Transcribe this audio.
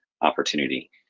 opportunity